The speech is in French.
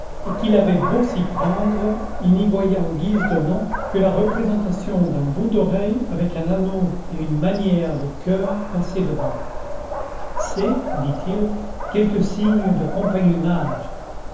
et qu'il avait beau s'y reprendre il n'y voyait en guise de nom que la représentation d'un bout d'oreille avec un anneau et une manière de coeur passé dedans c'est dit-il quelque signe de compagnonnage